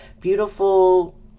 beautiful